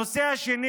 הנושא השני